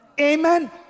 amen